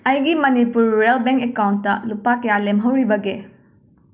ꯑꯩꯒꯤ Manipur rural bank ꯑꯦꯀꯥꯎꯟꯠꯇ ꯂꯨꯄꯥ ꯀꯌꯥ ꯂꯦꯝꯍꯧꯔꯤꯕꯒꯦ